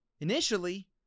initially